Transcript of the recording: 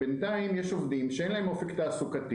בינתיים יש עובדים שאין להם אופק תעסוקתי,